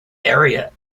area